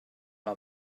mal